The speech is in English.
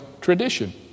tradition